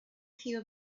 few